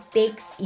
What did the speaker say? takes